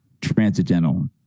transcendental